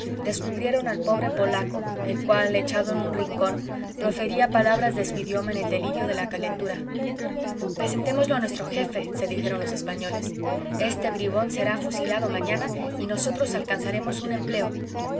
descubrieron al pobre polaco el cual echado en un rincón profería palabras de su idioma en el delirio de la presentémoslo a nuestro jefe se dijeron los españoles este bribón será fusilado mañana y nosotros alcanzaremos un empleo